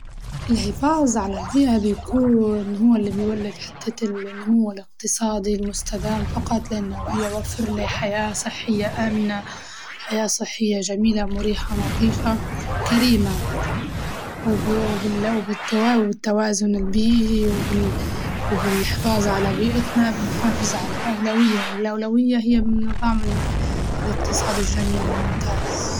الحفاظ على البيئة بيكون هو اللي بيولد حتة النمو الاقتصادي المستدام فقط لأنه بيوفر ليه حياة آمنة، حياة صحية جميلة مريحة نظيفة كريمة، و ولا وبالتوازن البيئي وب- وبالحفاظ على بيئتنا نحافظ على الأولوية، والأولوية هي من نظام الاقتصادي الجميل الممتاز.